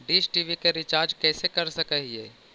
Dish TV के recharge कैसे कर सक हिय?